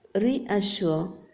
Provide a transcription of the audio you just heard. reassure